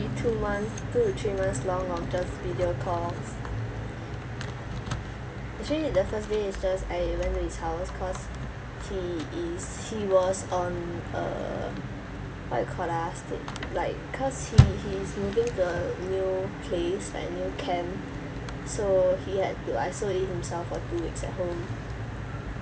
two months two to three months long of just video calls actually the first day is just I went to his house because he is he was on uh what you call ah stick like cause he he's moving to a new place like new camp so he had to isolate himself for two weeks at home